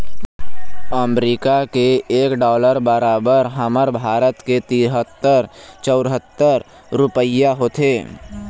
अमरीका के एक डॉलर बरोबर हमर भारत के तिहत्तर चउहत्तर रूपइया होथे